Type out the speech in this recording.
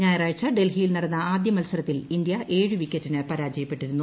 ഞായറാഴ്ച ഡൽഹിയിൽ നടന്ന ആദ്യ മത്സരത്തിൽ ഇന്ത്യ ഏഴ് വിക്കറ്റിന് പരാജയപ്പെട്ടിരുന്നു